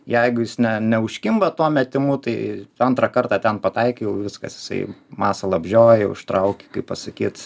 jeigu jis ne neužkimba tuo metimu tai antrą kartą ten pataikiau viskas jisai masalą apžiojo užtraukė kaip pasakyt